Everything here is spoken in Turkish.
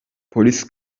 polis